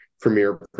Premiere